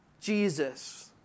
Jesus